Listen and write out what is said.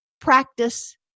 practice